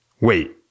Wait